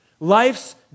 Life's